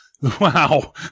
Wow